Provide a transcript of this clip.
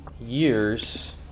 years